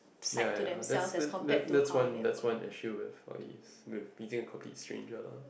ya ya that's that's that's that's one that's one issue with all these with meeting a complete stranger lah